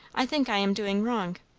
i think i am doing wrong.